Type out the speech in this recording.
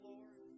Lord